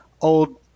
old